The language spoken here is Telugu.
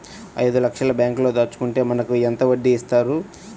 ఐదు లక్షల బ్యాంక్లో దాచుకుంటే మనకు ఎంత వడ్డీ ఇస్తారు?